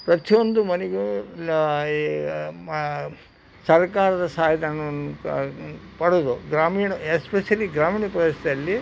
ಪ್ರತಿಯೊಂದು ಮನೆಗೂ ನ ಈ ಮ ಸರಕಾರದ ಸಹಾಯಧನವನ್ನು ಪಡೆದು ಗ್ರಾಮೀಣ ಎಸ್ಪೆಷಲಿ ಗ್ರಾಮೀಣ ಪ್ರದೇಶದಲ್ಲಿ